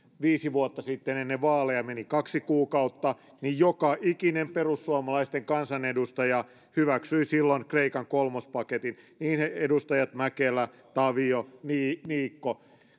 viisi vuotta sitten ennen vaaleja meni kaksi kuukautta niin joka ikinen perussuomalaisten kansanedustaja hyväksyi silloin kreikan kolmospaketin niin edustajat mäkelä tavio kuin niikko